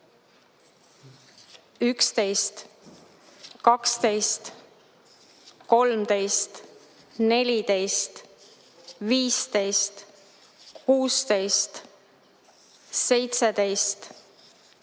11, 12, 13, 14, 15, 16, 17, 18,